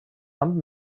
amb